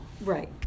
Right